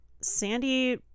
Sandy